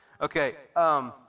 Okay